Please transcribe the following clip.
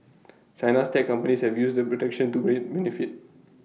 China's tech companies have used the protection to great benefit